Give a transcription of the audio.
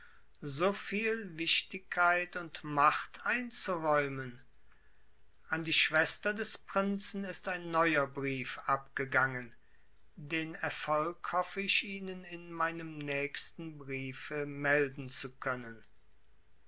so viel wichtigkeit und macht einzuräumen an die schwester des prinzen ist ein neuer brief abgegangen den erfolg hoffe ich ihnen in meinem nächsten briefe melden zu können